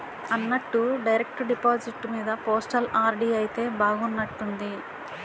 అన్నట్టు direct deposit మీద postal RD అయితే బాగున్నట్టుంది